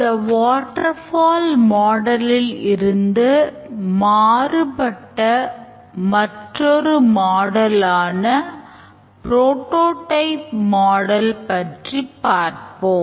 இந்த waterfall மாடலில் பற்றிப் பார்ப்போம்